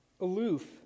aloof